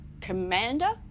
commander